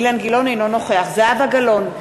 אינו נוכח זהבה גלאון,